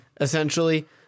essentially